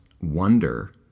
wonder